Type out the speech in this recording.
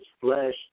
flesh